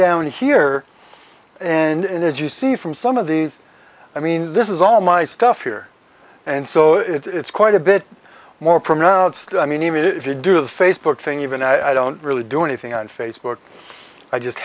down here and as you see from some of these i mean this is all my stuff here and so it's quite a bit more pronounced i mean even if you do the facebook thing even i don't really do anything on facebook i just